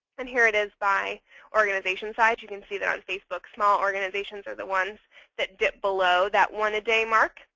and here it is by organization size. you can see that on facebook, small organizations are the ones that dip below that one a day mark,